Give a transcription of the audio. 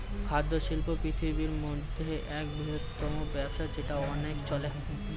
খাদ্য শিল্প পৃথিবীর মধ্যে এক বৃহত্তম ব্যবসা যেটা অনেক চলে